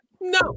no